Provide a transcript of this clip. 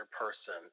person